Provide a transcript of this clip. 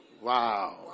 Wow